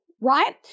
right